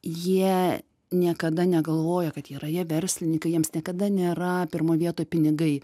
jie niekada negalvoja kad yra jie verslininkai jiems niekada nėra pirmoj vietoj pinigai